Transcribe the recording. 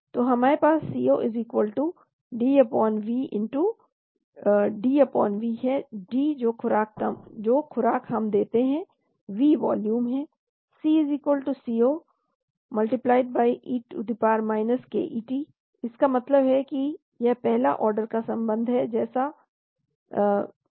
तो हमारे पास C0 DV D जो खुराक हम देते हैं V वॉल्यूम है C C0 e ket इसका मतलब है कि यह पहला ऑर्डर का संबंध है